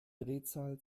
drehzahl